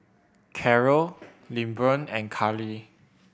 Carrol Lilburn and Karly